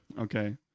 Okay